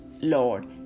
Lord